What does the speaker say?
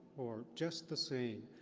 or, just the same.